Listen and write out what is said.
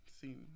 seen